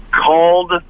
called